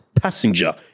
Passenger